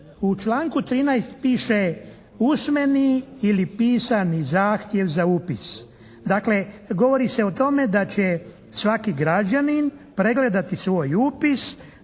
U članku 13. piše "usmeni ili pisani zahtjev za upis". Dakle, govori se o tome da će svaki građanin pregledati svoj upis,